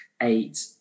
eight